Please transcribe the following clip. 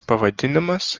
pavadinimas